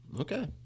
Okay